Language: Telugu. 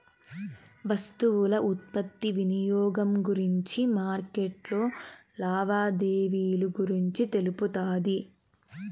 వస్తువుల ఉత్పత్తి వినియోగం గురించి మార్కెట్లో లావాదేవీలు గురించి తెలుపుతాది